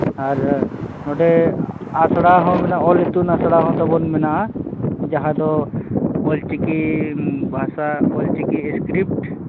ᱟᱨ ᱱᱚᱰᱮ ᱟᱥᱲᱟᱦᱚᱸ ᱢᱮᱱᱟᱜᱼᱟ ᱚᱞ ᱤᱛᱩᱱ ᱟᱥᱲᱟᱦᱚᱸ ᱛᱟᱵᱚᱱ ᱢᱮᱱᱟᱜᱼᱟ ᱡᱟᱦᱟᱸᱫᱚ ᱚᱞ ᱪᱤᱠᱤ ᱵᱷᱟᱥᱟ ᱚᱞ ᱪᱤᱠᱤ ᱤᱥᱠᱨᱤᱯᱴ